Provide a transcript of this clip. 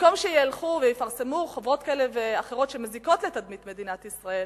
במקום שילכו ויפרסמו חוברות כאלה ואחרות שמזיקות לתדמית מדינת ישראל,